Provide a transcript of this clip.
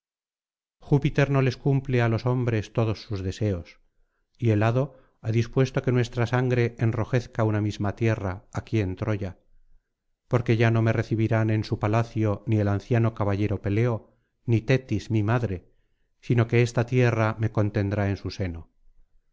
júpiter no les cumple á los hombres todos sus deseos y el hado ha dispuesto que nuestra sangre enrojezca una misma tierra aquí en troya porque ya no me recibirán en su palacio ni el anciano caballero peleo ni tetis mi madre sino que esta tierra me contendrá en su seno